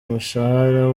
umushahara